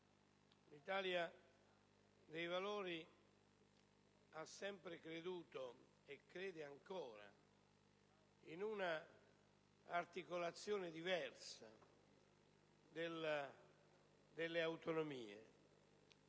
Italia dei Valori ha sempre creduto, e crede ancora, in un'articolazione diversa delle autonomie,